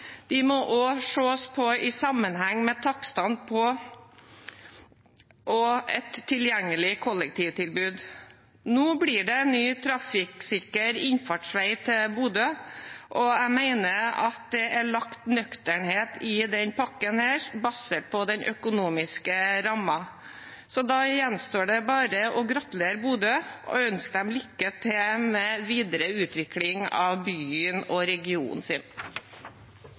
De må også ses på i sammenheng med takstene i et tilgjengelig kollektivtilbud. Nå blir det ny trafikksikker innfartsvei til Bodø. Jeg mener det er lagt nøkternhet i denne pakken basert på den økonomiske rammen. Da gjenstår det bare å gratulere Bodø og ønske dem lykke til med den videre utvikling av byen og regionen sin.